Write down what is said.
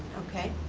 okay.